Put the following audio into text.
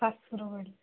ଠାକୁରବାଡ଼ି